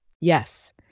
Yes